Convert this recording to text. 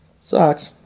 Sucks